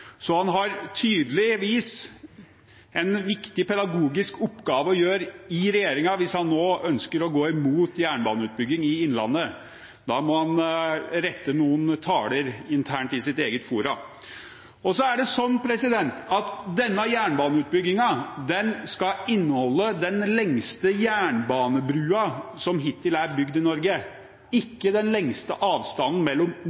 Så han har tydeligvis en viktig pedagogisk oppgave å gjøre i regjeringen hvis han ønsker å gå imot jernbaneutbygging i Innlandet. Da må han rette noen taler internt i sitt eget forum. Så er det slik at denne jernbaneutbyggingen skal inneholde den lengste jernbanebrua som hittil er bygd i Norge – ikke den lengste avstanden mellom